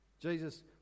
jesus